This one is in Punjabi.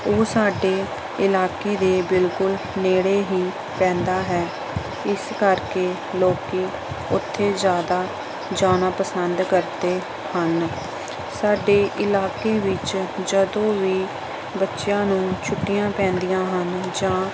ਉਹ ਸਾਡੇ ਇਲਾਕੇ ਦੇ ਬਿਲਕੁਲ ਨੇੜੇ ਹੀ ਪੈਂਦਾ ਹੈ ਇਸ ਕਰਕੇ ਲੋਕੀਂ ਉੱਥੇ ਜ਼ਿਆਦਾ ਜਾਣਾ ਪਸੰਦ ਕਰਦੇ ਹਨ ਸਾਡੇ ਇਲਾਕੇ ਵਿੱਚ ਜਦੋਂ ਵੀ ਬੱਚਿਆਂ ਨੂੰ ਛੁੱਟੀਆਂ ਪੈਂਦੀਆਂ ਹਨ ਜਾਂ